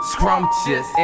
Scrumptious